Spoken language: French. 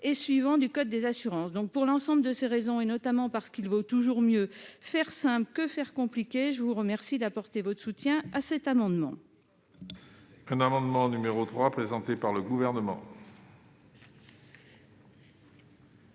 suivants du code des assurances. Pour l'ensemble de ces raisons et parce qu'il vaut toujours mieux faire simple que compliqué, je vous remercie d'apporter votre soutien à cet amendement. L'amendement n° 3, présenté par le Gouvernement,